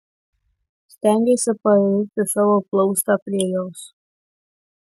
stengiuosi pairti savo plaustą prie jos